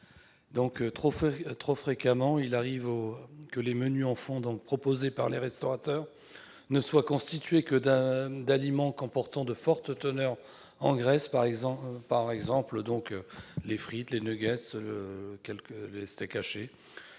Trop fréquemment, il arrive que les « menus enfants » proposés par les restaurateurs ne soient constitués que d'aliments comportant une forte teneur en graisse : frites, nuggets, steaks hachés.